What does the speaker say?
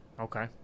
Okay